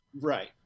Right